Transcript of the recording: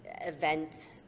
event